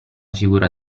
figura